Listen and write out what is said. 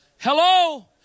Hello